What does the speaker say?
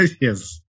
Yes